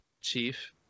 chief